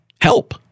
help